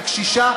הקשישה,